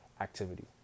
activity